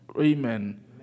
Amen